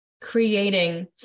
creating